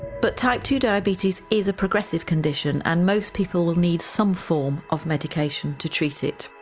but type two diabetes is a progressive condition and most people will need some form of medication to treat it